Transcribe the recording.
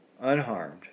unharmed